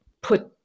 put